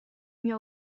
mio